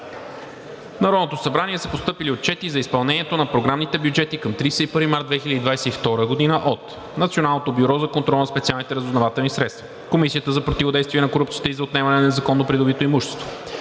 Народното събрание са постъпили отчети за изпълнението на програмните бюджети към 31 март 2022 г. от: Националното бюро за контрол на специалните разузнавателни средства; Комисията за противодействие на корупцията и за отнемане на незаконно придобито имущество;